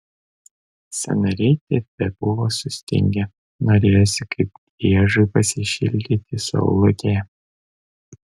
sąnariai tebebuvo sustingę norėjosi kaip driežui pasišildyti saulutėje